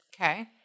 Okay